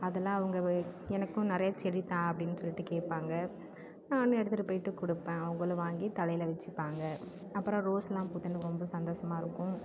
அதெலாம் அவங்க எனக்கும் நிறையா செடி தா அப்படினு சொல்லிட்டு கேட்பாங்க நானும் எடுத்துகிட்டு போய்விட்டு கொடுப்பேன் அவங்குளும் வாங்கி தலையில் வச்சுப்பாங்க அப்புறம் ரோஸ்யெலாம் பூத்து எனக்கு ரொம்ப சந்தோஷமா இருக்கும்